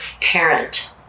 parent